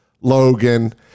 Logan